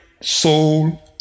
soul